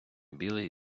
білий